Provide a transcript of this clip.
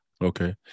Okay